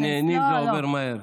כשנהנים זה עובר מהר.